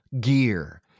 gear